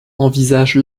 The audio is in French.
envisagent